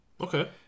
Okay